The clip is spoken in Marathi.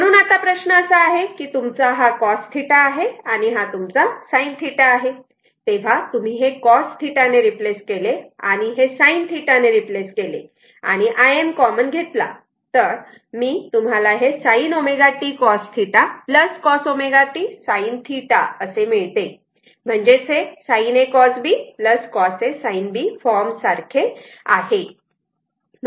म्हणून आता प्रश्न असा आहे की हा तुमचा cos θ आहे आणि हा तुमचा sin θ आहे तेव्हा तुम्ही हे cos θ ने रिप्लेस केले आणि हे sin θ ने रिप्लेस केले आणि Im कॉमन घेतला मी तर तुम्हाला हे sin ω t cos θ cos ω t sin θ असे मिळते म्हणजेच हे sin A cos B cos A sin B form सारखे आहे